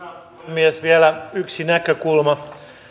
puhemies vielä yksi näkökulma